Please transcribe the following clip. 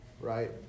right